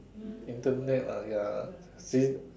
Internet ah ya seen